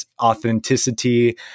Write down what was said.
authenticity